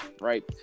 right